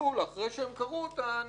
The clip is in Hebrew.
אחרי שקראו אותן,